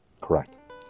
Correct